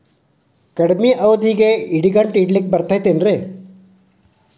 ಕಡಮಿ ಅವಧಿಗೆ ಇಡಿಗಂಟನ್ನು ಇಡಲಿಕ್ಕೆ ಬರತೈತೇನ್ರೇ?